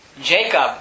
Jacob